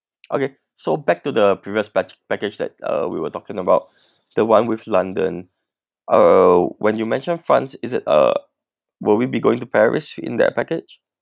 okay so back to the previous pack~ package that uh we were talking about the one with london uh when you mentioned france is it uh will we be going to paris in that package